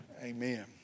Amen